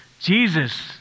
Jesus